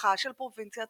של פרובינציית